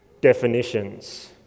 definitions